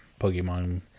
Pokemon